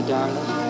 Darling